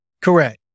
Correct